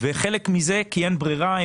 וחלק מזה כי אין ברירה,